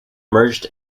merged